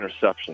interceptions